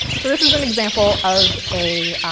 so this is an example of a